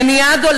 בלניאדו,